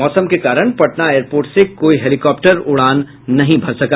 मौसम के कारण पटना एयरपोर्ट से कोई हेलीकॉप्टर उड़ान नहीं भर सका